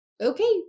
okay